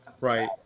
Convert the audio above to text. right